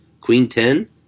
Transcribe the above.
queen-ten